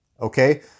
Okay